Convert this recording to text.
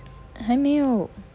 还没有